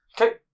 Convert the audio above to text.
Okay